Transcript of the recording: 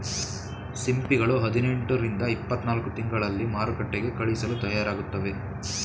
ಸಿಂಪಿಗಳು ಹದಿನೆಂಟು ರಿಂದ ಇಪ್ಪತ್ತನಾಲ್ಕು ತಿಂಗಳಲ್ಲಿ ಮಾರುಕಟ್ಟೆಗೆ ಕಳಿಸಲು ತಯಾರಾಗುತ್ತವೆ